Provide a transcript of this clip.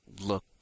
look